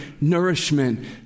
nourishment